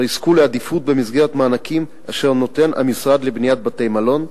יזכו לעדיפות במסגרת מענקים אשר נותן המשרד לבניית בתי-מלון,